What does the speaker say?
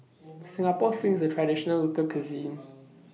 Singapore Sling IS A Traditional Local Cuisine